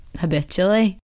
habitually